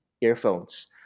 earphones